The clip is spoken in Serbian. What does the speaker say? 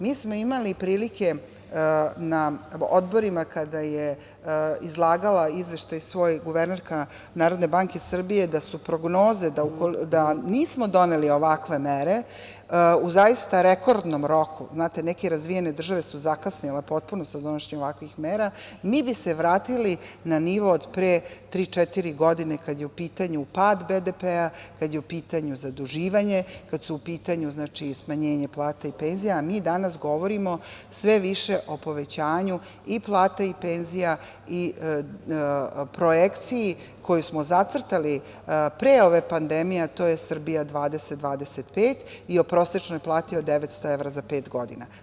Mi smo imali prilike da vidimo na odborima, kada je izlagala svoj izveštaj guvernerka Narodne banke Srbije, da su prognoze, da nismo doneli ovakve mere u zaista rekordnom roku, znate, neke razvijene države su zakasnile potpuno sa donošenjem ovakvih mera, mi bismo se vratili na nivo od pre tri-četiri godine kada je u pitanju pad BDP-a, kada je u pitanju zaduživanje, kada su u pitanju smanjenje plata i penzija, a mi danas govorimo sve više o povećanju i plata i penzija i projekciji koju smo zacrtali pre ove pandemije, a to je Srbija 2025 i o prosečnoj plati od 900 evra za pet godina.